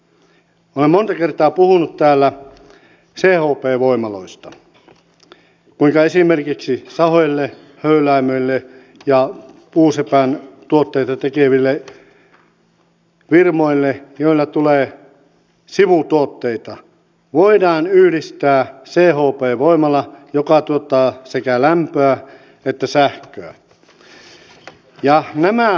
minä olen monta kertaa puhunut täällä chp voimaloista kuinka esimerkiksi sahoille höyläämöille ja puusepän tuotteita tekeville firmoille joilla tulee sivutuotteita voidaan yhdistää chp voimala joka tuottaa sekä lämpöä että sähköä